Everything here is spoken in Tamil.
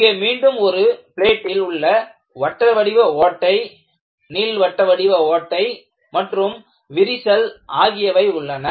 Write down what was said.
இங்கே மீண்டும் ஒரு பிளேட்டில் உள்ள வட்ட வடிவ ஓட்டை நீள்வட்ட வடிவ ஓட்டை மற்றும் விரிசல் ஆகியவை உள்ளன